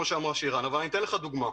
אתן לך דוגמה: